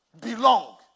belong